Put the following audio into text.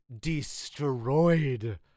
destroyed